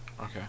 Okay